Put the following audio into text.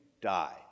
die